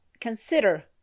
consider